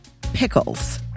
Pickles